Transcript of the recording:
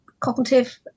cognitive